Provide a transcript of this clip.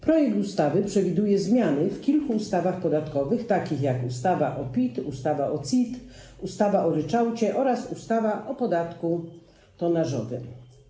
Projekt ustawy przewiduje zmiany w kilku ustawach podatkowych takich jak: ustawy o PIT, ustawa o CIT, ustawa o ryczałcie oraz ustawa o podatku tonażowym.